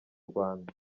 rwanda